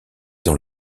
dans